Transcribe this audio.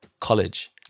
college